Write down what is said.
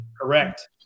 Correct